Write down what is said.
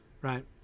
right